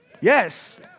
Yes